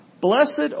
Blessed